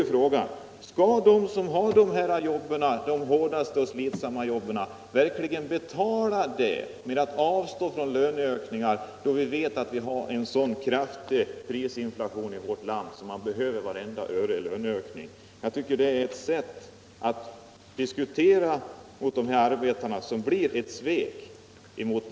Nej, frågan här gäller om de arbetare som har de hårdaste och mest slitsamma jobben verkligen skall betala den femte semesterveckan genom att avstå från löneökningar, när vi har en så kraftig inflation som fallet är i vårt land och som gör att löntagarna behöver vartenda öre de kan — Nr 132 få i löneökning.